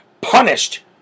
Punished